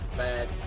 bad